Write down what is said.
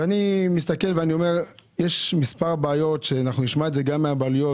אני מסתכל ואני אומר שיש מספר בעיות ואנחנו נשמע את זה גם מהבעלויות